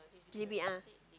J_B ah